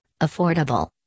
affordable